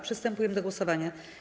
Przystępujemy do głosowania.